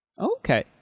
Okay